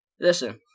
Listen